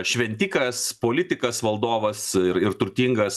šventikas politikas valdovas ir ir turtingas